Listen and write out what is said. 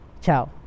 Ciao